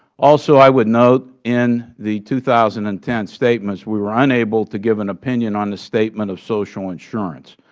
also, i would note in the two thousand and ten statements we were unable to give an opinion on the statement of social insurance,